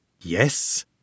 Yes